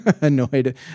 annoyed